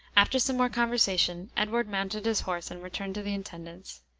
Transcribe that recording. after some more conversation, edward mounted his horse and returned to the intendant's.